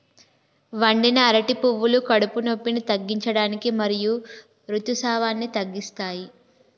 వండిన అరటి పువ్వులు కడుపు నొప్పిని తగ్గించడానికి మరియు ఋతుసావాన్ని తగ్గిస్తాయి